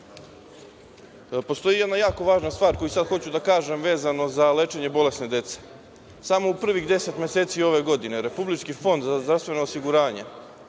dvojice. Postoji jedna jako važna stvar koju sad hoću da kažem vezano za lečenje bolesne dece. Samo u prvih deset meseci ove godine Republički fond za zdravstveno osiguranje